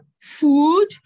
food